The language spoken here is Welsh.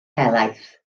helaeth